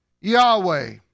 Yahweh